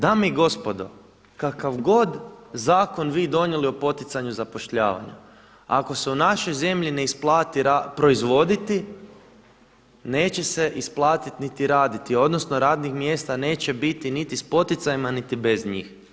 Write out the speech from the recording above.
Dame i gospodo, kakav god zakon vi donijeli o poticanju zapošljavanja, ako se u našoj zemlji ne isplati proizvoditi neće se isplatiti niti raditi odnosno radnih mjesta neće biti niti s poticajima niti bez njih.